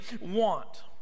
want